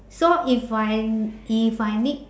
so if I if I need